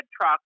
truck